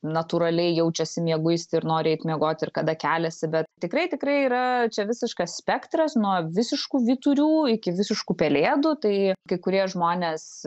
natūraliai jaučiasi mieguisti ir nori eiti miegot ir kada keliasi bet tikrai tikrai yra čia visiškas spektras nuo visiškų vyturių iki visiškų pelėdų tai kai kurie žmonės